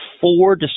four